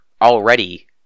already